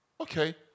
Okay